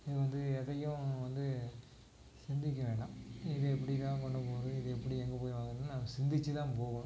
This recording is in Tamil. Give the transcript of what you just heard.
இது வந்து எதையும் வந்து சிந்திக்க வேணாம் இது எப்படி தான் கொண்டு போகிறது இது எப்படி எங்கே போய் வாங்கறதுன்னு நம்ம சிந்தித்து தான் போகணும்